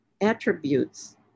attributes